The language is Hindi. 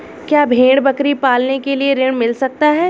क्या भेड़ बकरी पालने के लिए ऋण मिल सकता है?